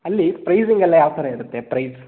ಅಲ್ಲಿ ಪ್ರೈಸಿಂಗ್ ಎಲ್ಲ ಯಾವ ಥರ ಇರುತ್ತೆ ಪ್ರೈಸ್